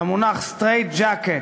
למונח stray jacket,